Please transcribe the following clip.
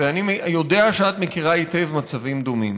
ואני יודע שאת מכירה היטב מצבים דומים.